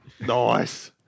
Nice